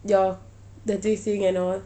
your the J_C-ing at all